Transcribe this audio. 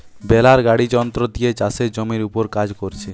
বেলার গাড়ি যন্ত্র দিয়ে চাষের জমির উপর কাজ কোরছে